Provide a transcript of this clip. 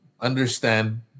understand